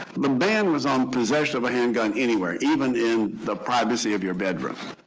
the ban was on possession of a handgun anywhere, even in the privacy of your bedroom.